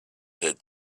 had